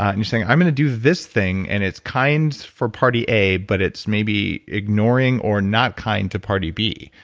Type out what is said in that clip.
and just saying, i'm going to do this thing, and it's kind for party a, but it's maybe ignoring or not kind to party b.